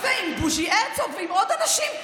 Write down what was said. ועם בוז'י הרצוג ועם עוד אנשים,